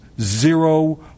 zero